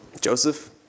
Joseph